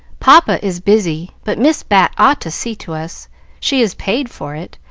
papa is busy, but miss bat ought to see to us she is paid for it,